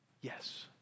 Yes